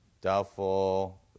doubtful